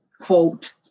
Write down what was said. quote